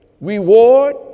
reward